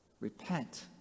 Repent